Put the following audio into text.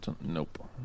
Nope